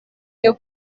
iyo